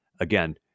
again